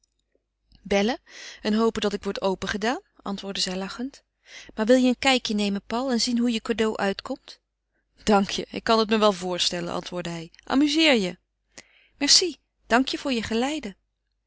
bellen en hopen dat ik word opengedaan antwoordde zij lachend maar wil je een kijkje nemen paul en zien hoe je cadeau uitkomt dank je ik kan het me wel voorstellen antwoordde hij amuzeer je merci dank je voor je geleide